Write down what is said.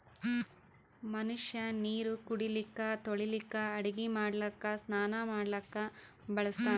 ಮನಷ್ಯಾ ನೀರು ಕುಡಿಲಿಕ್ಕ ತೊಳಿಲಿಕ್ಕ ಅಡಗಿ ಮಾಡ್ಲಕ್ಕ ಸ್ನಾನಾ ಮಾಡ್ಲಕ್ಕ ಬಳಸ್ತಾನ್